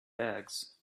bags